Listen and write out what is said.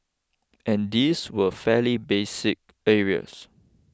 and these were fairly basic areas